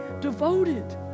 devoted